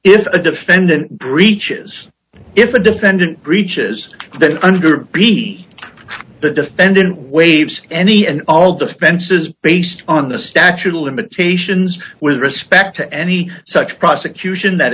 if a defendant breaches if a defendant breaches then under be the defendant waives any and all defenses based on the statute of limitations with respect to any such prosecution that